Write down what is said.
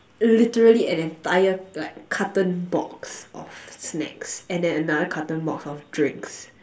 literally an entire like carton box of snacks and then another carton box of drinks